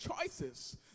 choices